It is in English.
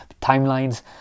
timelines